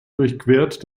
durchquert